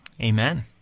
Amen